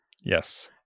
yes